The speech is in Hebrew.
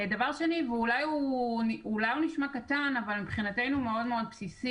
דבר שני ואולי הוא נשמע קטן אבל מבחינתנו הוא מאוד בסיסי.